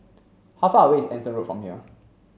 how far away is Anson Road from here